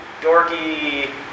dorky